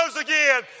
again